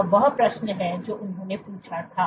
यह वह प्रश्न है जो उन्होंने पूछा था